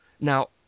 Now